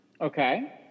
Okay